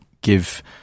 give